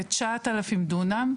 כ-9,000 דונם,